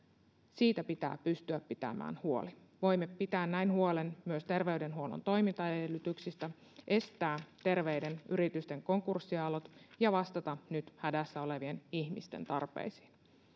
siitä pitää pystyä pitämään huoli voimme pitää näin huolen myös terveydenhuollon toimintaedellytyksistä estää terveiden yritysten konkurssiaallot ja vastata nyt hädässä olevien ihmisten tarpeisiin